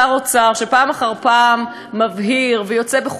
שר האוצר פעם אחר פעם מבהיר ויוצא ומסביר